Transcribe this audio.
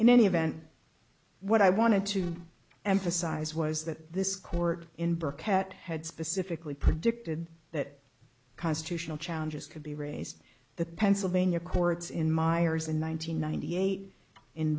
in any event what i wanted to emphasize was that this court in bearcat had specifically predicted that constitutional challenges could be raised the pennsylvania courts in myers in one nine hundred ninety eight in